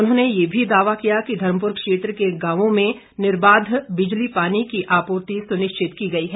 उन्होंने ये भी दावा किया धर्मपुर क्षेत्र के गावों में निर्बाध बिजली पानी की आपूर्ति सुनिश्चित की गई है